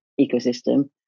ecosystem